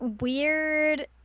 weird